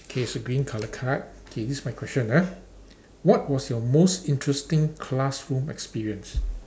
okay so green color card okay this my question ah what was your most interesting classroom experience